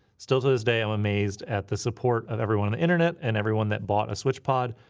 still to this day i'm amazed at the support of everyone on the internet and everyone that bought a switchpod.